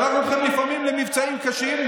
שלחנו אתכם לפעמים למבצעים קשים,